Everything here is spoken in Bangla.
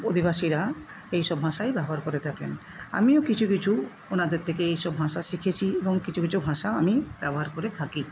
আদিবাসীরা এইসব ভাষাই ব্যবহার করে থাকেন আমিও কিছু কিছু ওনাদের থেকে এইসব ভাষা শিখেছি এবং কিছু কিছু ভাষা আমি ব্যবহার করে থাকি